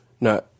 No